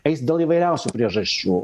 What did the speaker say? eis dėl įvairiausių priežasčių